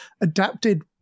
adapted